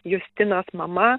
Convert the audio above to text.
justinos mama